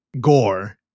gore